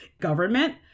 government